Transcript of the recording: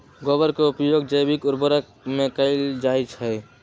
गोबर के उपयोग जैविक उर्वरक में कैएल जाई छई